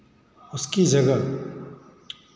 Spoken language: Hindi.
उसकी जगह